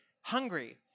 hungry